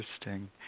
interesting